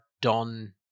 Don